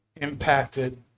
impacted